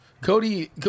Cody